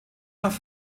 nach